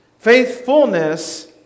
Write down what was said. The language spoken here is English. Faithfulness